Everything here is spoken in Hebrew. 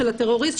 של הטרוריסט,